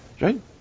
Right